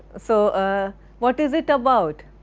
so ah what is it about?